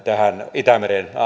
itämeren